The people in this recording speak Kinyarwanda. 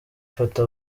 ifata